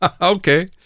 Okay